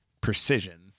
precision